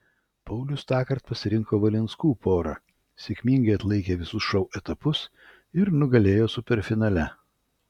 paulius tąkart pasirinko valinskų porą sėkmingai atlaikė visus šou etapus ir nugalėjo superfinale